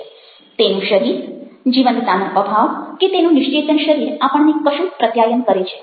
તેનું શરીર જીવંતતાનો અભાવ કે તેનું નિશ્ચેતન શરીર આપણને કશુંક પ્રત્યાયન કરે છે